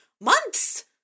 months